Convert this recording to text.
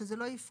שזה לא יפקע.